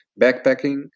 backpacking